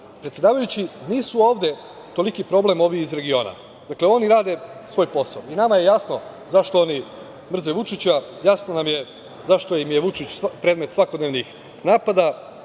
itd. Predsedavajući, nisu ovde toliki problem ovi iz regiona, oni rade svoj posao. Nama je jasno zašto oni mrze Vučića, jasno nam je zašto im je Vučić predmet svakodnevnih napada,